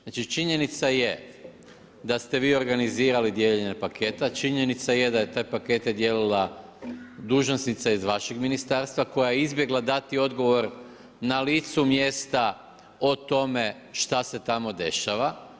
Znači činjenica je da ste vi organizirali dijeljenje paketa, činjenica je da je te pakete dijelila dužnosnica iz vašeg ministarstva koja je izbjegla dati odgovor na licu mjesta o tome šta se tamo dešava.